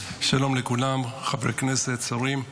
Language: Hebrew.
שלום לכולם, חברי הכנסת, שרים,